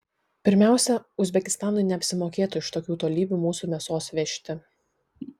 pirmiausia uzbekistanui neapsimokėtų iš tokių tolybių mūsų mėsos vežti